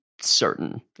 certain